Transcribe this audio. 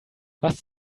was